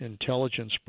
intelligence